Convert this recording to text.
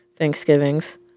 thanksgivings